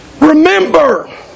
Remember